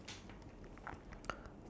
oh I eat cereal yesterday